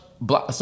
black